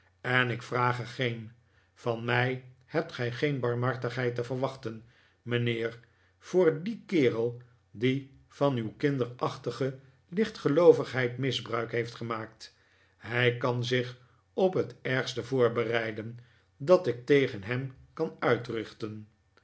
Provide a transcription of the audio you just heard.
en ik vraag er geen van mij hebt gij geen barmhartigheid te wachten mijnheer voor dien kerel die van uw kinderachtige lichtgeloovigheid misbruik heeft gemaakt hij kan zich op het ergste voorbereiden dat ik tegen hem kan uitrichten